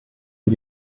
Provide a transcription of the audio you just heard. für